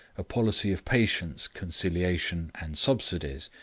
a policy of patience, conciliation, and subsidies,